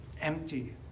empty